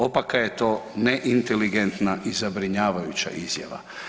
Opaka je to neinteligentna i zabrinjavajuća izjava.